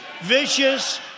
vicious